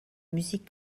musique